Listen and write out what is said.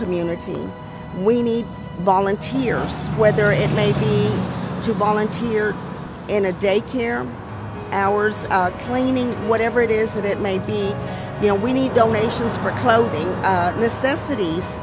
community we need volunteers whether it may be to volunteer in a day care hours claiming whatever it is that it may be you know we need donations for clothing necessities